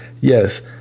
yes